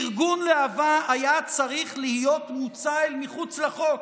ארגון להב"ה היה צריך להיות מוצא אל מחוץ לחוק,